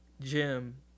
Jim